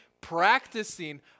practicing